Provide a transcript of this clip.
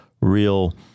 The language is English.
real